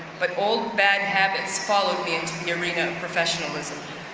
but old bad habits followed me into the arena professionalism.